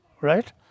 right